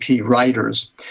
writers